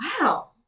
Wow